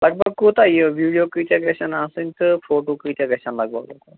لگ بگ کوٗتاہ یہِ ویٖڈیو کۭتیٛاہ گژھن آسٕنۍ تہٕ فوٹوٗ کۭتیٛاہ گژھن لگ بگ